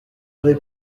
ari